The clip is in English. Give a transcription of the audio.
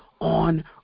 on